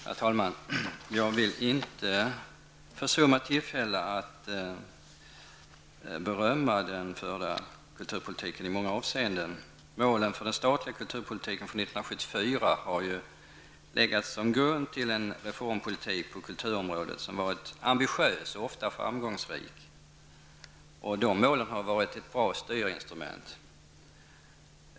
Herr talman! Jag vill inte försumma tillfället att berömma den förda kulturpolitiken i många avseenden. Målen för den statliga kulturpolitiken från 1974 har legat som grund för en reformpolitik som varit ambitiös och ofta framgångsrik. De målen har varit ett bra styrinstrument.